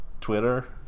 Twitter